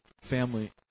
family